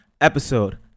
Episode